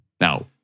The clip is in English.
now